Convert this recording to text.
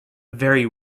very